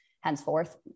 Henceforth